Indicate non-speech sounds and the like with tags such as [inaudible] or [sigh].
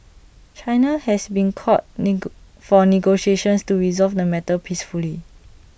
China has been called [unintelligible] for negotiations to resolve the matter peacefully